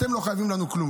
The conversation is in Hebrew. אתם לא חייבים לנו כלום.